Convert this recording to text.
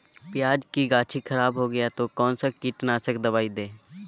प्याज की गाछी खराब हो गया तो कौन सा कीटनाशक दवाएं दे?